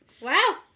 Wow